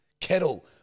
kettle